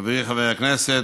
חברי חבר הכנסת,